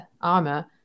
armor